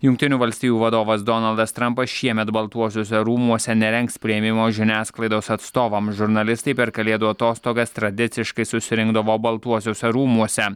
jungtinių valstijų vadovas donaldas trampas šiemet baltuosiuose rūmuose nerengs priėmimo žiniasklaidos atstovam žurnalistai per kalėdų atostogas tradiciškai susirinkdavo baltuosiuose rūmuose